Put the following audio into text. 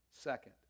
Second